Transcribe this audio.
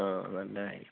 ആ നല്ല കാര്യം